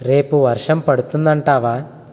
రేపు వర్షం పడుతుందంటావా